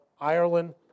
Ireland